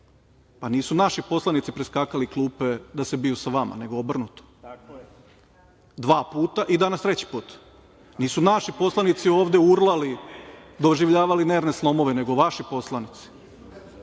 Pa nisu naši poslanici preskakali klupe da se biju sa vama nego obrnuto. Dva puta i danas treći put. Nisu naši poslanici ovde urlali, doživljavali nervne slomove nego vaši poslanici. Prema